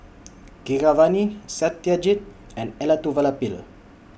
Keeravani Satyajit and Elattuvalapil